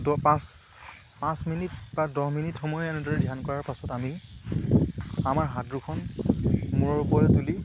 দহ পাঁচ পাঁচ মিনিট বা দহ মিনিট সময় এনেদৰে ধ্যান কৰাৰ পাছত আমি আমাৰ হাত দুখন মূৰৰ ওপৰেৰে তুলি